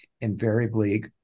invariably